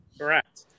Correct